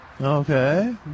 Okay